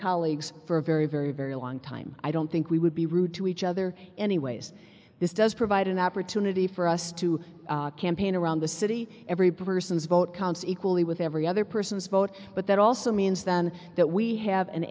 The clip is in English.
colleagues for a very very very long time i don't think we would be rude to each other anyways this does provide an opportunity for us to campaign around the city every person's vote counts equally with every other person's vote but that also means then that we have an